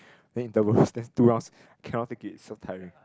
then intervals just two rounds cannot take it so tiring